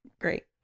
Great